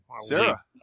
Sarah